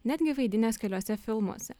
netgi vaidinęs keliuose filmuose